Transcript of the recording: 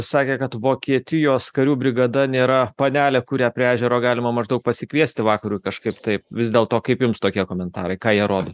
sakė kad vokietijos karių brigada nėra panelė kurią prie ežero galima maždaug pasikviesti vakarui kažkaip taip vis dėl to kaip jums tokie komentarai ką jie rodo